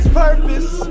purpose